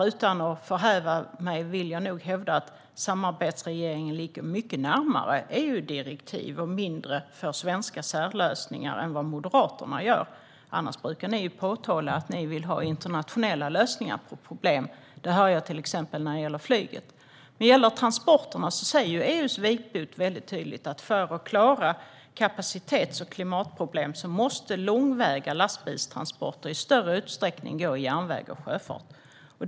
Utan att förhäva mig vill jag hävda att samarbetsregeringen ligger mycket närmare EU-direktiv - och längre bort från svenska särlösningar - än vad Moderaterna gör. Ni brukar ju annars påpeka att ni vill ha internationella lösningar på problem, som ni till exempel har sagt vad gäller flyget. I fråga om transporterna säger EU:s vitbok tydligt att långväga lastbilstransporter i större utsträckning måste flyttas till järnväg och sjöfart för att vi ska kunna klara av kapacitets och klimatproblemen.